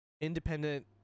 independent